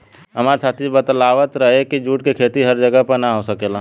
हामार साथी बतलावत रहे की जुट के खेती हर जगह पर ना हो सकेला